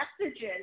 messages